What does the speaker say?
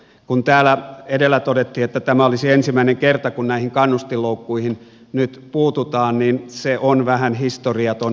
kun täällä edellä todettiin että tämä olisi ensimmäinen kerta kun näihin kannustinloukkuihin nyt puututaan niin se on vähän historiaton näkemys